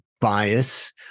bias